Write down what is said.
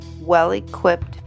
well-equipped